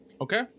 Okay